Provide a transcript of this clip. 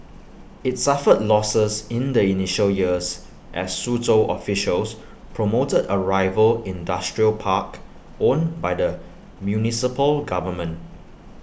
IT suffered losses in the initial years as Suzhou officials promoted A rival industrial park owned by the municipal government